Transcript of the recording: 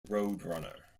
roadrunner